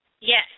Yes